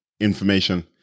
information